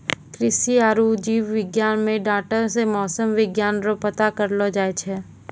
कृषि आरु जीव विज्ञान मे डाटा से मौसम विज्ञान रो पता करलो जाय छै